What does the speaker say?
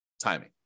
timing